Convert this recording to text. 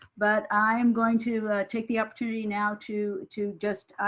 but i am going to take the opportunity now to to just,